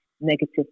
negative